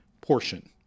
portion